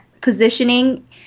positioning